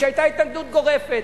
שהיתה לו התנגדות גורפת.